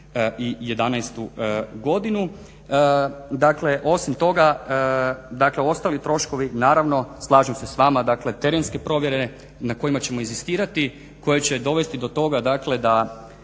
2011. godinu. Dakle, osim toga, dakle ostali troškovi naravno slažem se sa vama, dakle terenske provjere na kojima ćemo inzistirati koje će dovesti do toga, dakle